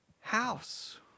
house